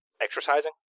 exercising